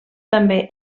també